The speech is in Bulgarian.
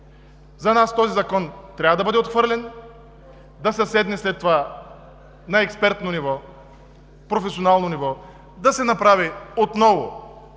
За нас този законопроект трябва да бъде отхвърлен. Да се седне след това на експертно, професионално ниво, да се направят